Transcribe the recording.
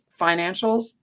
financials